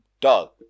Dog